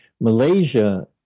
Malaysia